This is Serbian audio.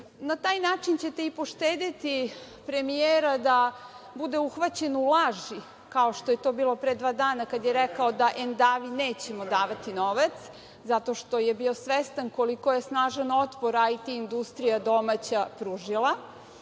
Na taj način ćete i poštedeti premijera da bude uhvaćen u laži, kao što je to bilo pre dva dana kada je rekao da „Endavi“ nećemo davati novac, zato što je bio svestan koliko je snažan otpor IT industrija domaća pružila.Međutim,